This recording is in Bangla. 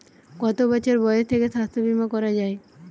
কত বছর বয়স থেকে স্বাস্থ্যবীমা করা য়ায়?